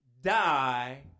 die